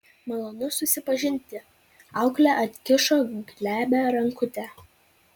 malonu susipažinti auklė atkišo glebią rankutę